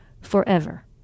forever